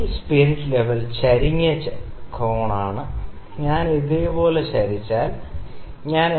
ഈ spirit level ചരിഞ്ഞ കോണാണ് ഞാൻ ഇത് ഇതുപോലെ ചരിച്ചാൽ ശരി